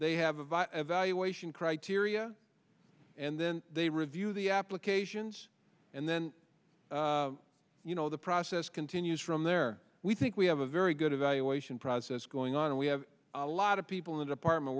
they have a vice evaluation criteria and then they review the applications and then you know the process continues from there we think we have a very good evaluation process going on and we have a lot of people in the department